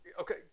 Okay